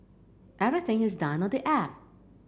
everything is done on the app